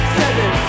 seven